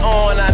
on